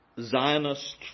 Zionist